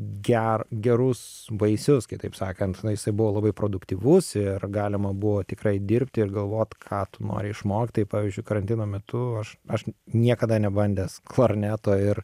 ger gerus vaisius kitaip sakant jisai buvo labai produktyvus ir galima buvo tikrai dirbti ir galvot ką tu nori išmokt tai pavyzdžiui karantino metu aš aš niekada nebandęs klarneto ir